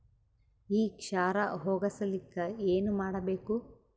ಈ ಕ್ಷಾರ ಹೋಗಸಲಿಕ್ಕ ಏನ ಮಾಡಬೇಕು?